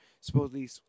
supposedly